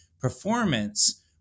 performance